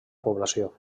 població